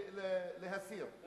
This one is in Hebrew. להסיר.